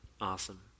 awesome